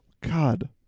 God